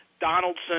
Donaldson